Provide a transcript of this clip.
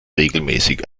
regelmäßig